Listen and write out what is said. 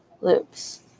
loops